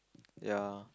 ya